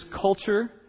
culture